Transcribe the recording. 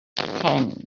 tent